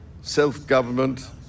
self-government